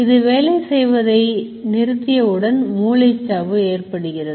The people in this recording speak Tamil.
இது வேலை செய்வதை நிறுத்தியவுடன் மூளைச்சாவு ஏற்படுகிறது